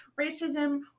racism